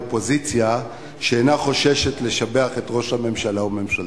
היא אופוזיציה שאינה חוששת לשבח את ראש הממשלה וממשלתו,